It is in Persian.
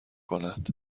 کند